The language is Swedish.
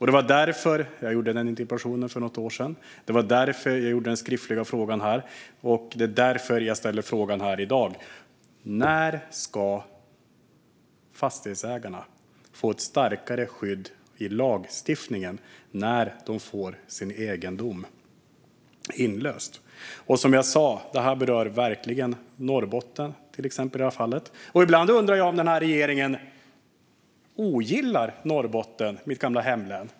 Det var därför jag väckte en interpellation för något år sedan, det var därför jag väckte en skriftlig fråga och det är därför jag ställer frågan i dag: När ska fastighetsägarna få ett starkare skydd i lagstiftningen när de får sin egendom inlöst? Den här frågan berör verkligen Norrbotten. Ibland undrar jag om regeringen ogillar Norrbotten, mitt gamla hemlän.